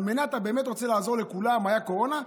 אתה באמת רוצה לעזור לכולם, הייתה קורונה?